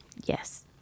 Yes